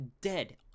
dead